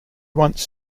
once